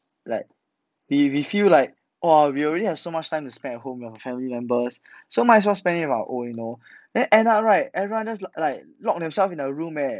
like we we feel like !wah! we already have so much time to spend at home 了 with our family members so might as well spend it our own you know then end up right everyone just like lock themselves in their room leh